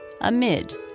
amid